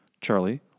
Charlie